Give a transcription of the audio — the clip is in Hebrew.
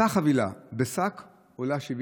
אותה חבילה בשק עולה 72